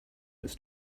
its